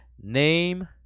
name